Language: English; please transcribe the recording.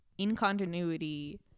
incontinuity